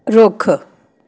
ਰੁੱਖ